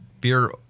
Beer